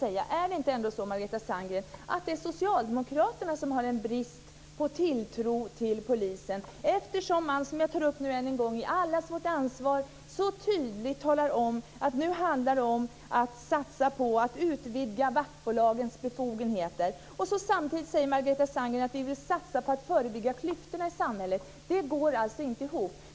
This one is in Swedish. Är det inte så, Margareta Sandgren, att det är socialdemokraterna som har en brist på tilltro till polisen? Allas vårt ansvar, som jag nu tar upp ännu en gång, talar tydligt om att det nu handlar om att satsa på att utvidga vaktbolagens befogenheter. Samtidigt säger Margareta Sandgren att vi vill satsa på att förebygga klyftorna i samhället. Det går inte ihop!